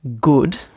good